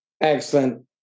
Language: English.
Excellent